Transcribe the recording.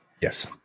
Yes